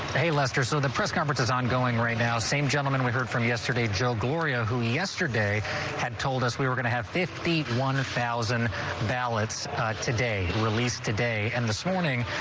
hey lester so the press conference is ongoing right now same gentleman we heard from yesterday, joe gloria who yesterday had told us we're going to have fifty one thousand ballots today released today and this morning.